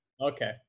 okay